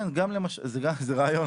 כן, זה רעיון.